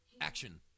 Action